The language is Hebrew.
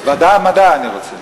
ועדת המדע אני רוצה.